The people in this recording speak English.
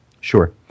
Sure